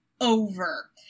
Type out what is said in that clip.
over